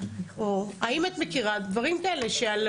האם את מכירה דברים כאלה?